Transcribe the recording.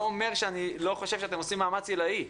אומר שאני לא חושב שאתם עושים מאמץ עילאי,